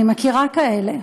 אני מכירה כאלה.